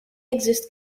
exist